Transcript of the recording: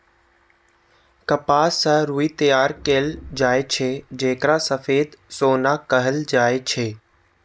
कपास सं रुई तैयार कैल जाए छै, जेकरा सफेद सोना कहल जाए छै